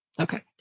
Okay